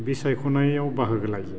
बिसायख'थिआव बाहागो लायो